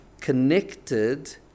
connected